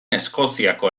eskoziako